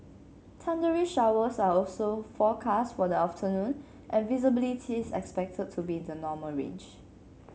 thundery showers are also forecast for the afternoon and visibility is expected to be in the normal range